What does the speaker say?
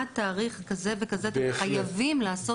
עד תאריך כזה וכזה אתם חייבים לעשות.